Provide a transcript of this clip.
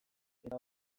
eta